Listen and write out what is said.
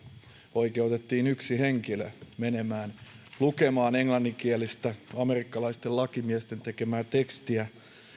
oikeutettiin yksi henkilö menemään lukemaan amerikkalaisten lakimiesten tekemää englanninkielistä tekstiä